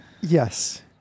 Yes